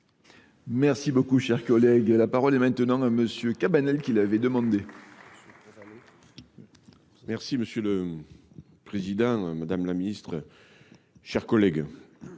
Merci beaucoup, cher collègue. La parole est maintenant à monsieur Cabanel qui l'avait demandé. Merci Monsieur le Président, Madame la Ministre, chers collègues.